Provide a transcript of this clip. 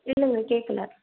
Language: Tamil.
இல்லைங்க கேட்கல